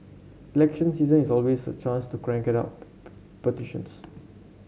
election season is always a chance to crank out petitions